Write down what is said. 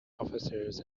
officers